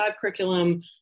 curriculum